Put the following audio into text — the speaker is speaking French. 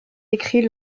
écrit